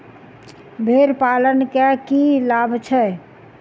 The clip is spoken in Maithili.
भेड़ पालन केँ की लाभ छै?